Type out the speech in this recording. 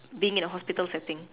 being in a hospital setting